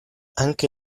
anche